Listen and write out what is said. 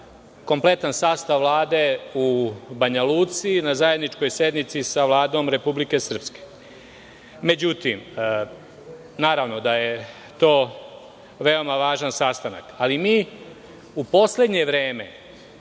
kompletan sastav Vlade u Banja Luci, na zajedničkoj sednici sa Vladom Republike Srpske. Međutim, naravno da je to veoma važan sastanak, ali mi u poslednje vreme,